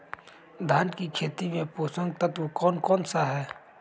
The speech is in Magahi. धान की खेती में पोषक तत्व कौन कौन सा है?